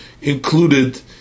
included